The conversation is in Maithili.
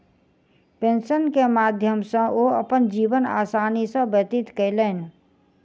पेंशन के माध्यम सॅ ओ अपन जीवन आसानी सॅ व्यतीत कयलैन